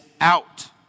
out